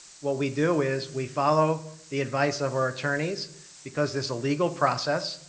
what we do is we follow the advice of our attorneys because there's a legal process,